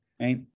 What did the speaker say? right